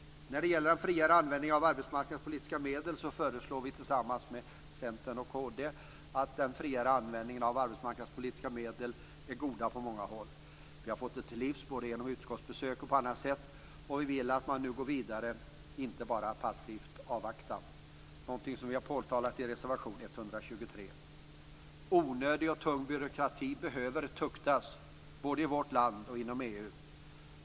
Kristdemokraterna en friare användning av arbetsmarknadspolitiska medel. En sådan är god på många håll. Vi har fått detta till livs både genom utskottsbesök och på annat sätt. Vi vill att man nu går vidare, och inte bara passivt avvaktar. Detta har vi påtalat i reservation 123. Onödig och tung byråkrati behöver tuktas både i vårt land och inom EU.